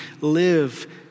live